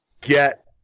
get